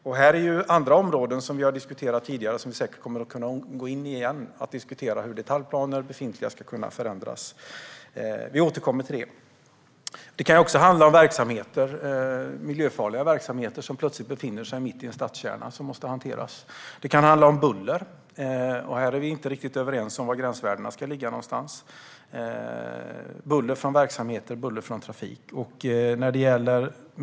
Detta är områden som vi har diskuterat tidigare och som vi säkert kommer att diskutera igen, det vill säga hur detaljplaner och det befintliga ska kunna förändras. Vi återkommer till det. Det kan också handla om miljöfarliga verksamheter som plötsligt befinner sig mitt i en stadskärna och som måste hanteras. Det kan handla om buller från verksamheter och trafik. Här är vi inte riktigt överens om var gränsvärdena ska ligga. När det gäller mer glesa kommuner handlar det väldigt mycket om strandskydd.